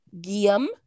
Guillaume